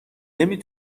نمی